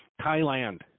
Thailand